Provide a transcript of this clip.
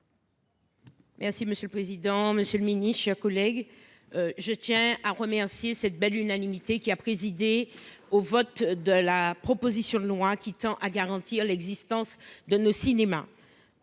Merci monsieur le président, Monsieur le mini, chers collègues. Je tiens à remercier cette belle unanimité qui a présidé au vote de la proposition de loi qui tend à garantir l'existence de nos cinémas